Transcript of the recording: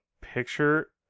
picture